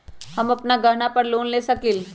हम अपन गहना पर लोन ले सकील?